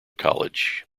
college